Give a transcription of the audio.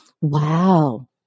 Wow